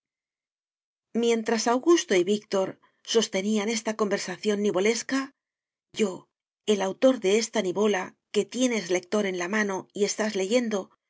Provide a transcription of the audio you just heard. mientras augusto y víctor sostenían esta conversación nivolesca yo el autor de esta nivola que tienes lector en la mano y estás leyendo me